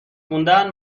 خوندن